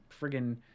friggin